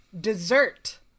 dessert